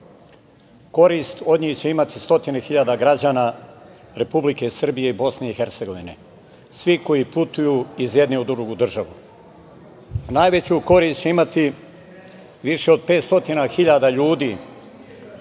korist od njih će imati stotine hiljada građana Republike Srbije i BiH. Svi koji putuju iz jedne u drugu državu. Najveću korist će imati više od 500.000 ljudi,